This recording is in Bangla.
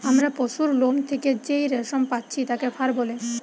আমরা পশুর লোম থেকে যেই রেশম পাচ্ছি তাকে ফার বলে